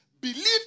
Believe